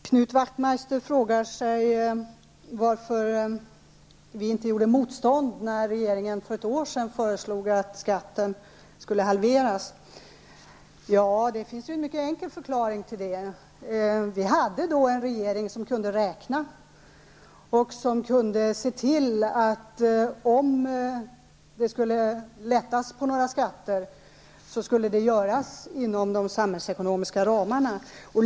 Herr talman! Knut Wachtmeister frågar sig varför vi inte gjorde motstånd när regeringen för ett år sedan föreslog att skatten skulle halveras. Det finns en mycket enkel förklaring till det. Vi hade då en regering som kunde räkna och som kunde se till att om det skulle lättas på några skatter så skulle det göras inom de samhällsekonomiska ramarna.